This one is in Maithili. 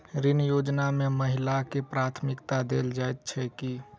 ऋण योजना मे महिलाकेँ प्राथमिकता देल जाइत छैक की?